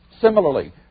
Similarly